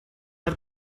our